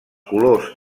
colors